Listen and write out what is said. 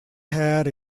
hat